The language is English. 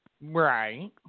Right